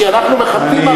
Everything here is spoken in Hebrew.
כי הרי אנחנו מכבדים.